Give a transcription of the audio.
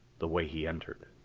the way he entered.